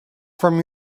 from